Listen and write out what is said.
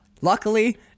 Luckily